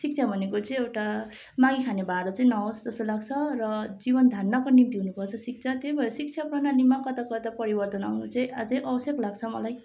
शिक्षा भनेको चाहिँ एउटा मागिखाने भाँडो चाहिँ नहोस् जस्तो लाग्छ र जीवन धान्नको निम्ति हुनुपर्छ शिक्षा त्यही भएर शिक्षा प्रणालीमा कता कता परिवर्तन आउनु चाहिँ अझै आवश्यक लाग्छ मलाई